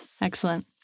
Excellent